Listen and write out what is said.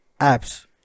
apps